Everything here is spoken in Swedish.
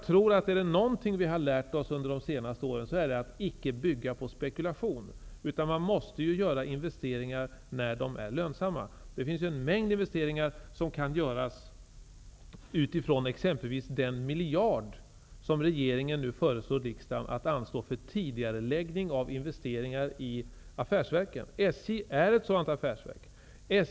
Är det någonting som vi har lärt oss under de senaste åren, är det att icke bygga på spekulationer. Man måste göra investeringar när de är lönsamma. Det finns en mängd investeringar som kan göras med tanke på den miljard som regeringen nu föreslår att riksdagen skall anslå för tidigareläggning av investeringar i affärsverken. SJ är ett affärsverk.